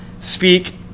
speak